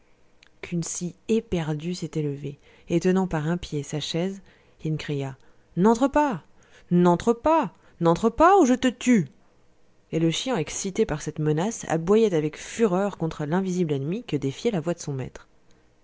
kunsi éperdu s'était levé et tenant par un pied sa chaise il cria n'entre pas n'entre pas n'entre pas ou je te tue et le chien excité par cette menace aboyait avec fureur contre l'invisible ennemi que défiait la voix de son maître